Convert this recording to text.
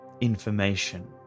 information